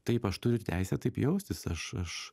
taip aš turiu teisę taip jaustis aš aš